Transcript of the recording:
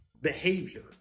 behavior